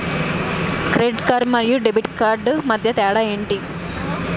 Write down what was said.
Credit card మరియు debit card మధ్య తేడా ఎంటి?